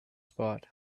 spot